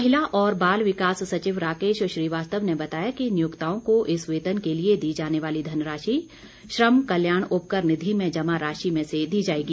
महिला और बाल विकास सचिव राकेश श्रीवास्तव ने बताया कि नियोक्ताओं को इस वेतन के लिए दी जाने वाली धनराशि श्रम कल्याण उपकर निधि में जमा राशि में से दी जायेगी